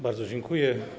Bardzo dziękuję.